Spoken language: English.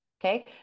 Okay